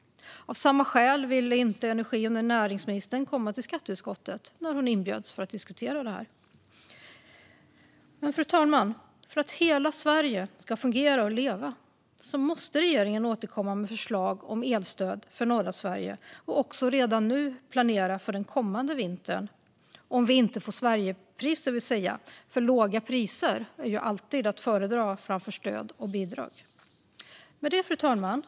Av samma skäl ville energi och näringsministern inte komma till skatteutskottet när hon inbjöds för att diskutera detta. Fru talman! För att hela Sverige ska fungera och leva måste regeringen återkomma med förslag om elstöd för norra Sverige och också redan nu planera för den kommande vintern, om vi inte får Sverigepriser. Låga priser är ju alltid att föredra framför stöd och bidrag. Fru talman!